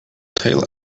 tail